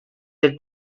del